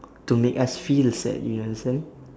to make us feel the sad do you understand